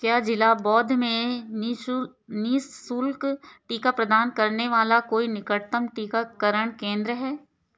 क्या ज़िला बौद्ध में निश्शुल्क टीका प्रदान करने वाला कोई निकटतम टीकाकरण केंद्र है